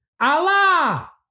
Allah